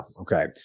Okay